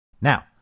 Now